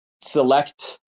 select